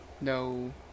No